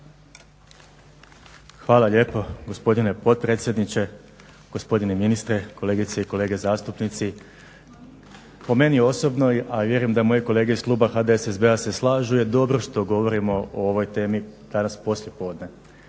Hvala lijepo gospodine potpredsjedniče. Gospodine ministre, kolegice i kolege zastupnici. Po meni osobno a vjerujem da i moje kolege iz kluba HDSSB-a se slažu je dobro što govorimo o ovoj temi danas poslijepodne